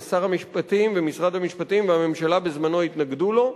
שר המשפטים ומשרד המשפטים והממשלה בזמנו התנגדו לו,